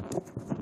בבקשה.